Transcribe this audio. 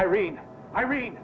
i read i read